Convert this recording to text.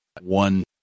one